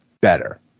better